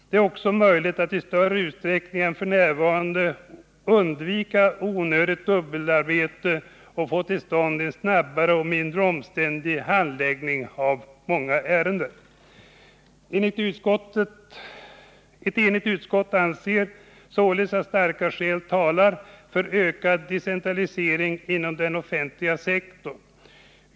Det är också möjligt att i större utsträckning än f. n. undvika onödigt dubbelarbete och få till stånd en snabbare och mindre omständlig handläggning av många ärenden. Ett enigt utskott anser således att starka skäl talar för en ökad decentralisering inom den offentliga sektorn.